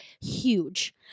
huge